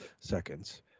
seconds